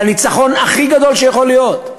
זה הניצחון הכי גדול שיכול להיות.